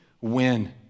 win